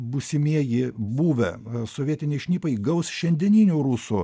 būsimieji buvę sovietiniai šnipai gaus šiandieninių rusų